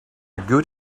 good